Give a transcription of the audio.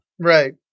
Right